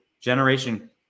generation